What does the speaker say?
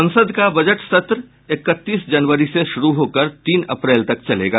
संसद का बजट सत्र इकतीस जनवरी से शुरू होकर तीन अप्रैल तक चलेगा